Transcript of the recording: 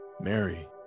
Mary